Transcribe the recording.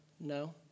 No